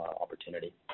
opportunity